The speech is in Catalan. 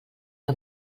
que